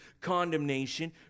condemnation